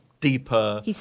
deeper